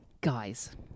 guys